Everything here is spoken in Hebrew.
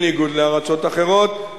בניגוד לארצות אחרות.